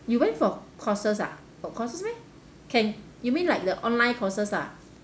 you went for courses ah got courses meh can you mean like the online courses lah